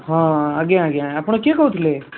ହଁ ଆଜ୍ଞା ଆଜ୍ଞା ଆପଣ କିଏ କହୁଥିଲେ